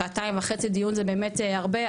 שעתיים וחצי דיון זה באמת הרבה,